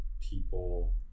people